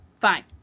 fine